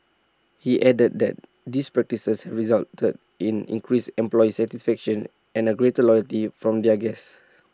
he added that these practices resulted in increased employee satisfaction and A greater loyalty from their guests